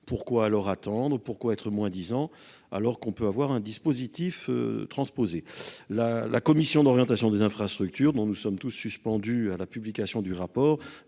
Pourquoi alors à tendre pourquoi être moins 10 ans alors qu'on peut avoir un dispositif transposer la, la commission d'orientation des infrastructures dont nous sommes tous suspendus à la publication du rapport